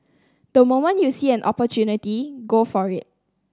the moment you see an opportunity go for it